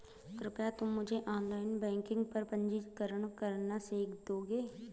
कृपया तुम मुझे ऑनलाइन बैंकिंग पर पंजीकरण करना सीख दोगे?